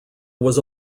was